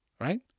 Right